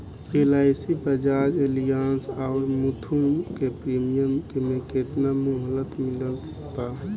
LIC Bajaj Allianz आउर मुथूट के premium के केतना मुहलत मिलल बा?